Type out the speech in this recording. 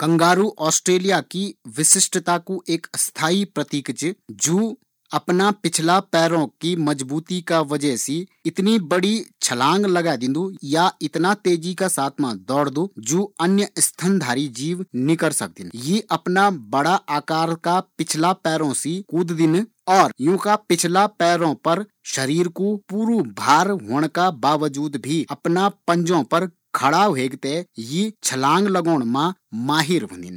kangaroo Australia की विशिष्टता कु एक प्रतीक च जु अपना पिछला पैरो की मदद सी इतनी लम्बी या बड़ी छलांग लगे दिंदु जु अन्य जानवर नी करि सकदिन